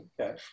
Okay